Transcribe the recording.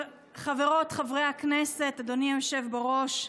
חברות וחברי הכנסת, אדוני היושב-ראש,